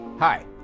Hi